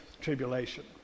Tribulation